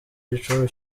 igicumbi